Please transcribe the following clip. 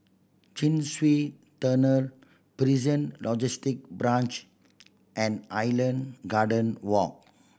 Chin Swee Tunnel Prison Logistic Branch and Island Garden Walk